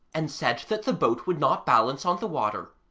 and said that the boat would not balance on the water,